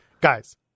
guys